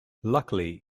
luckily